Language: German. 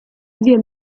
wir